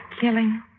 killing